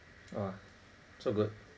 !wah! so good